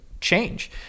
change